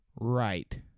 Right